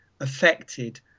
affected